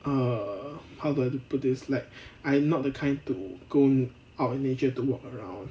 err how do I put this like I'm not the kind to go our nature to walk around